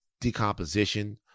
decomposition